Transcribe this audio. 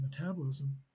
metabolism